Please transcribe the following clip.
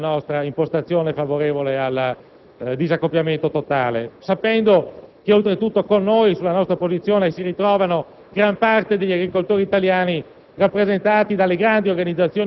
Manteniamo la nostra impostazione favorevole al disaccoppiamento totale, sapendo che oltretutto sulla nostra posizione, si ritrova gran parte degli agricoltori italiani,